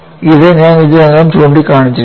ഇത് ഞാൻ ഇതിനകം ചൂണ്ടിക്കാണിച്ചിരുന്നു